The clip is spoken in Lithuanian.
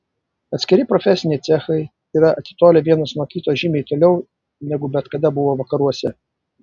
atskiri profesiniai cechai yra atitolę vienas nuo kito žymiai toliau negu bet kada buvo vakaruose